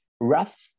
rough